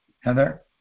Heather